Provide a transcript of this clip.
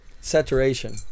saturation